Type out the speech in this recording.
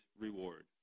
reward